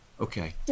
Okay